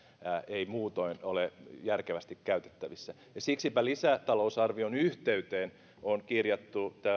ei muutoin ole järkevästi käytettävissä siksipä lisätalousarvion yhteyteen on kirjattu